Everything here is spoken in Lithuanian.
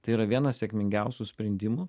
tai yra vienas sėkmingiausių sprendimų